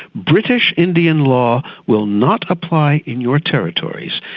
british-indian law will not apply in your territories.